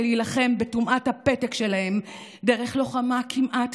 להילחם בטומאת הפתק שלהם דרך לוחמה כמעט